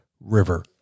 River